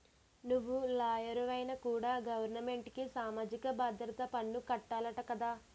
నువ్వు లాయరువైనా కూడా గవరమెంటుకి సామాజిక భద్రత పన్ను కట్టాలట కదా